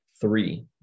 three